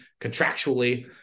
contractually